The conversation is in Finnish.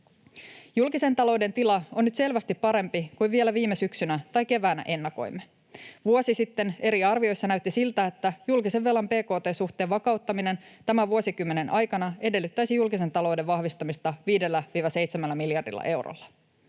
Julkisen talouden tila on nyt selvästi parempi kuin vielä viime syksynä tai keväänä ennakoimme. Vuosi sitten eri arvioissa näytti siltä, että julkisen velan bkt-suhteen vakauttaminen tämän vuosikymmenen aikana edellyttäisi julkisen talouden vahvistamista 5—7 miljardilla eurolla.